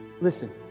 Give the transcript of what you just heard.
Listen